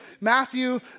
Matthew